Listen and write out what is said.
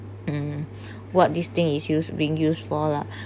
mm what this thing is use being used for lah